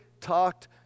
talked